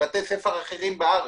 מבתי ספר אחרים בארץ,